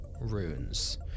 runes